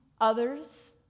Others